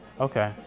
Okay